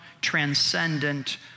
transcendent